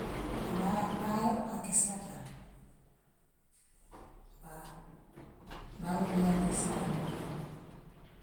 Baa baal a kessiaata baa baa muŋ bearinŋ kessiaala baake.